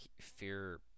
fear